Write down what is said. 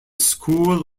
school